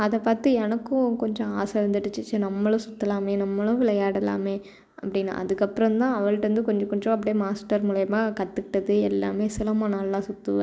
அதை பார்த்து எனக்கும் கொஞ்சம் ஆசை வந்துடுச்சு சரி நம்மளும் சுற்றலாமே நம்மளும் விளையாடலாமே அப்படின்னு அதுக்கப்புறம் தான் அவள்கிட்டேருந்து கொஞ்சம் கொஞ்சம் அப்டேயே மாஸ்டர் மூலயமா கற்றுக்கிட்டது எல்லாமே சிலம்பம் நல்லா சுற்றுவேன்